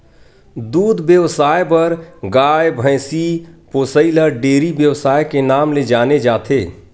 दूद बेवसाय बर गाय, भइसी पोसइ ल डेयरी बेवसाय के नांव ले जाने जाथे